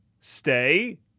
stay